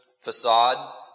facade